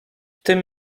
tym